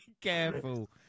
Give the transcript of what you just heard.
careful